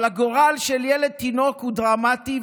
אבל הגורל של ילד תינוק הוא דרמטי,